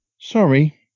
Sorry